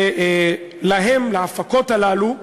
ולהן, להפקות הללו,